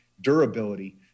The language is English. durability